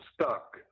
stuck